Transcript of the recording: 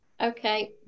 Okay